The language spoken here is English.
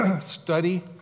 study